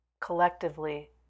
collectively